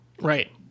right